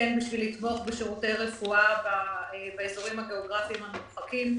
וכדי לתמוך בשירותי הרפואה באזורים הגיאוגרפיים המרוחקים.